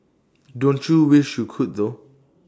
don't you wish you could though